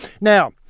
Now